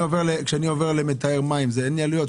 כשאני עובר למטהר מים אין לי עלויות?